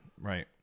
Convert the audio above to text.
right